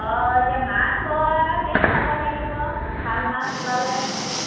অঁ এতিয়া মাছো হেৰি খাব লাগিব ভাল মাছ ওলালে তেনেকৈ